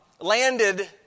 landed